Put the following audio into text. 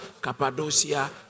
Cappadocia